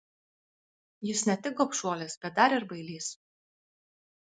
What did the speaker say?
jis ne tik gobšuolis bet dar ir bailys